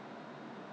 !huh!